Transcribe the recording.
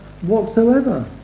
whatsoever